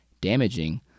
damaging